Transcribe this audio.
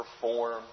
perform